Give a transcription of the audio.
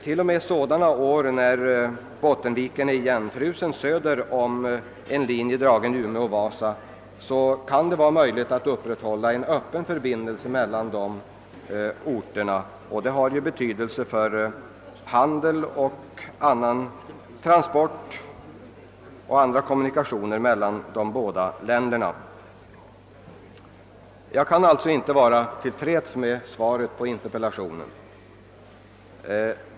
Även under sådana år när Bottenviken är igenfrusen söder om en linje dragen mellan Umeå och Vasa kan det vara möjligt att hålla öppen en förbindelseled mellan dessa orter, vilket har betydelse för handel och kommunikationer mellan de båda länderna. Jag kan alltså inte vara tillfreds med svaret på min interpellation.